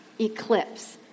eclipse